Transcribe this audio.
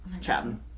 chatting